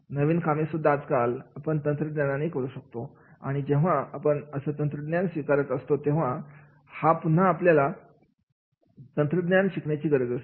नवीन कामे सुद्धा आजकाल आपण तंत्रज्ञानाने करू शकतो आणि जेव्हा आपण असं तंत्रज्ञान स्वीकारत असतो तेव्हा हा पुन्हा आपल्याला ही तंत्रज्ञान शिकण्याची गरज असते